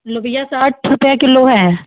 लोबिया साठ रुपये किलो है